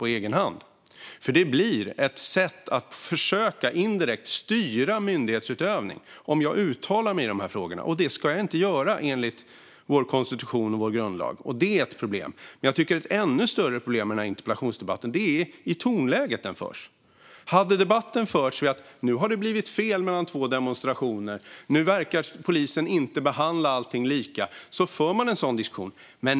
Om jag uttalar mig i dessa frågor blir det ett försök att indirekt styra myndigheterna, och det ska jag enligt vår konstitution och grundlag inte göra. Det vore ett problem om jag gjorde det. Ett ännu större problem i denna interpellationsdebatt är tonläget som den förs i. Om det i debatten sagts att det har blivit fel vid två demonstrationer och att polisen inte verkar behandla allting lika så för man en diskussion om det.